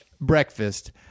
breakfast